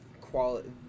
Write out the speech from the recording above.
quality